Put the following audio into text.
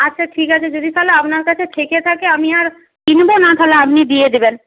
আচ্ছা ঠিক আছে যদি তাহলে আপনার কাছে থেকে থাকে আমি আর কিনব না তাহলে আপনি দিয়ে দেবেন